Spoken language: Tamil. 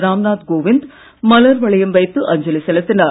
ராம் நாத் கோவிந்த் மலர் வளையம் வைத்து அஞ்சலி செலுத்தினார்